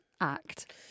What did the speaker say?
act